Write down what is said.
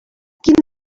quin